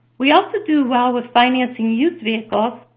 we also do well with financing used vehicles,